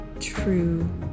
true